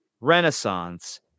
Renaissance